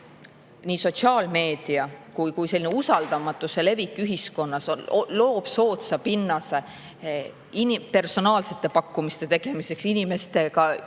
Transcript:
nii sotsiaalmeedia kui ka usaldamatuse levik ühiskonnas loob soodsa pinnase personaalsete pakkumiste tegemiseks, inimestega